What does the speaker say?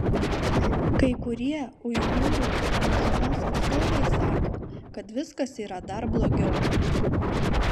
kai kurie uigūrų mažumos atstovai sako kad viskas yra dar blogiau